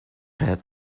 pad